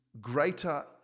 greater